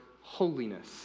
holiness